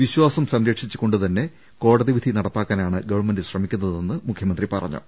വിശ്വാസം സംരക്ഷിച്ചു കൊണ്ടുതന്നെ കോടതി വിധി നടപ്പാക്കാനാണ് ഗവൺമെന്റ് ശ്രമിക്കുന്നതെന്ന് മുഖ്യമന്ത്രി പറഞ്ഞു